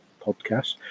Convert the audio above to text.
podcast